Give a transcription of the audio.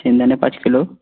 शेंगदाणे पाच किलो